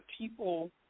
people